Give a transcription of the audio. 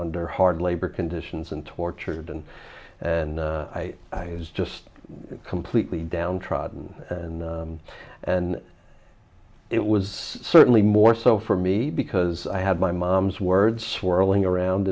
under hard labor conditions and tortured and i was just completely downtrodden and and it was certainly more so for me because i had my mom's words swirling around